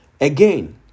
Again